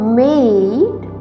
made